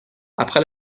après